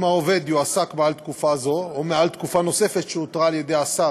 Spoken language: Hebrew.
אם העובד יועסק מעל תקופה זו או מעל תקופה נוספת שהותרה על ידי השר,